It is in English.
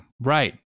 right